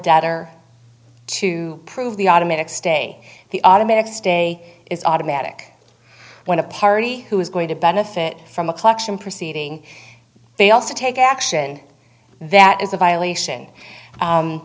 debtor to prove the automatic stay the automatic stay is automatic when a party who is going to benefit from a collection proceeding they also take action that is a violation